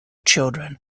children